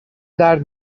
درد